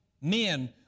Men